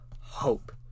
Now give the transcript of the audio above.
hope